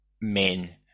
men